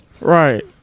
Right